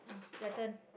ah your turn